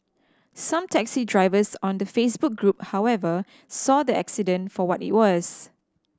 some taxi drivers on the Facebook group however saw the accident for what it was